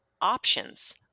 options